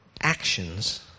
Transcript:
actions